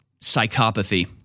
psychopathy